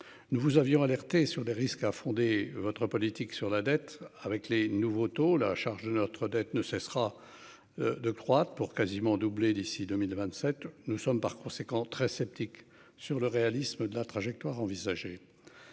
Nous vous avions alerté sur des risques à fonder votre politique sur la dette avec les nouveaux taux la charge de notre dette ne cessera. De croître pour quasiment doubler d'ici 2027. Nous sommes par conséquent très sceptique sur le réalisme de la trajectoire envisagée.